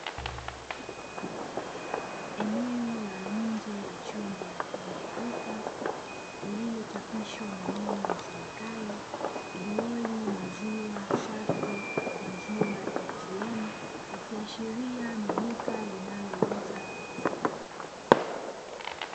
Eneo la nje ya chumba mfano wa duka lililochapishwa maneno yasomekayo "glory maziwa safi maziwa atm" ikiashiria ni duka linalouza maziwa.